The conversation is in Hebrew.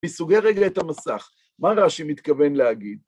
בסוגי רגלית המסך, מה ראשי מתכוון להגיד?